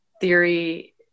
theory